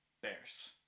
Bears